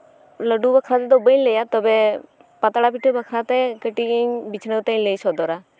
ᱞᱟᱹᱰᱩ ᱵᱟᱠᱷᱨᱟ ᱫᱚ ᱵᱟᱹᱧ ᱞᱟᱹᱭᱟ ᱛᱚᱵᱮ ᱯᱟᱛᱲᱟ ᱯᱤᱴᱷᱟᱹ ᱵᱟᱠᱷᱨᱟᱛᱮ ᱠᱟᱹᱴᱤᱡ ᱤᱧ ᱞᱟᱹᱭ ᱥᱚᱫᱚᱨᱟ